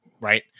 right